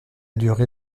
durée